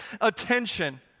attention